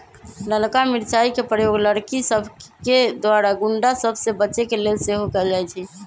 ललका मिरचाइ के प्रयोग लड़कि सभके द्वारा गुण्डा सभ से बचे के लेल सेहो कएल जाइ छइ